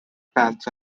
pants